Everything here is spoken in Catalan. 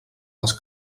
les